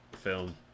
film